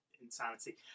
insanity